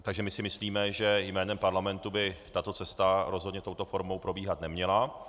Takže my si myslíme, že jménem parlamentu by tato cesta rozhodně touto formou probíhat neměla.